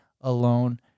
alone